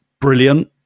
brilliant